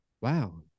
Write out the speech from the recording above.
wow